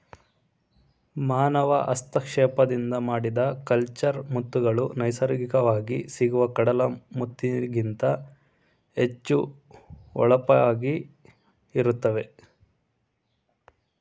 ಮಾನವ ಹಸ್ತಕ್ಷೇಪದಿಂದ ಮಾಡಿದ ಕಲ್ಚರ್ಡ್ ಮುತ್ತುಗಳು ನೈಸರ್ಗಿಕವಾಗಿ ಸಿಗುವ ಕಡಲ ಮುತ್ತಿಗಿಂತ ಹೆಚ್ಚು ಹೊಳಪಾಗಿ ಇರುತ್ತವೆ